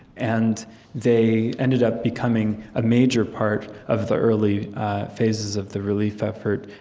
and they ended up becoming a major part of the early phases of the relief effort,